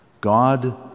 God